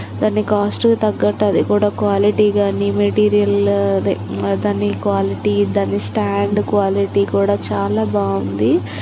దాని కాస్టుకు తగ్గట్టు అది కూడా క్వాలిటి కానీ మెటీరియలు అదే దాని క్వాలిటీ దాని స్టాండు క్వాలిటి కూడా చాలా బాగుంది